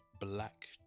Black